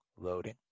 loading